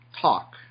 talk